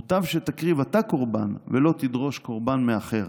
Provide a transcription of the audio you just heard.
מוטב שתקריב אתה קורבן ולא תדרוש קורבן מאחר.